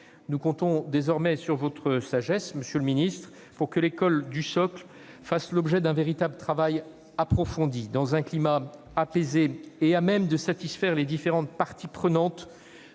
Nous comptons désormais sur votre sagesse, monsieur le ministre, pour que l'école du socle fasse l'objet d'un véritable travail approfondi, dans un climat apaisé et à même de satisfaire les différentes parties prenantes